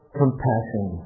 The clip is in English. compassion